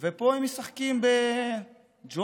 ופה הם משחקים בג'ובים,